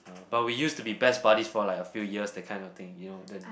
but we used to be best buddies for like a few years that kind of thing you know then